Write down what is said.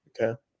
Okay